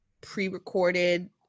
pre-recorded